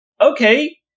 Okay